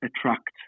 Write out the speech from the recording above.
attract